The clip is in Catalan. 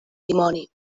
dimoni